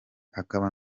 akaba